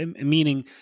meaning